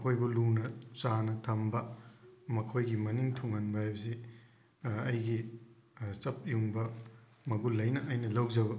ꯃꯈꯣꯏꯕꯨ ꯂꯨꯅ ꯆꯥꯟꯅ ꯊꯝꯕ ꯃꯈꯣꯏꯒꯤ ꯃꯅꯤꯡ ꯊꯨꯡꯍꯟꯕ ꯍꯥꯏꯕꯁꯤ ꯑꯩꯒꯤ ꯆꯞ ꯌꯨꯡꯕ ꯃꯒꯨꯜ ꯑꯩꯅ ꯑꯩꯅ ꯂꯧꯖꯕ